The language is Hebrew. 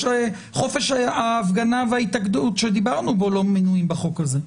יש גם חופש ההפגנה וההתאגדות שדיברנו עליו לא מנויים בחוק הזה.